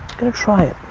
gonna try it,